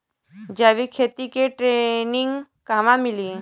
जैविक खेती के ट्रेनिग कहवा मिली?